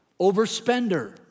overspender